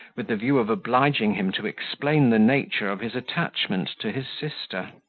with the view of obliging him to explain the nature of his attachment to his sister.